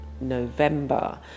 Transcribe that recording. November